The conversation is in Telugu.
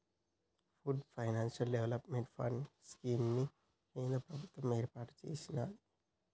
pooled finance development fund scheme ని కేంద్ర ప్రభుత్వం ఏర్పాటు చేసినాది